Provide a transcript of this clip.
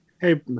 Hey